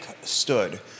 stood